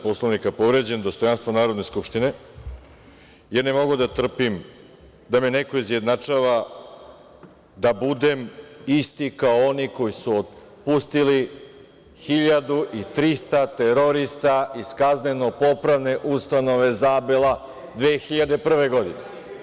Poslovnika povređen – dostojanstvo Narodne skupštine, jer ne mogu da trpim da me neko izjednačava da budem isti kao oni koji su otpustili 1.300 terorista iz KP ustanove Zabela 2001. godine.